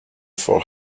for